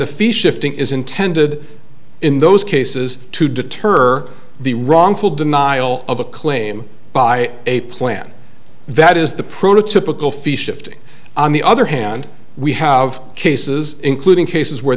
the fee shifting is intended in those cases to deter the wrongful denial of a claim by a plan that is the prototypical fee shifting on the other hand we have cases including cases where